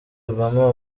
obama